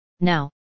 Now